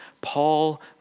Paul